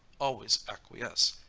always acquiesce,